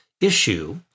issue